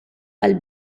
għall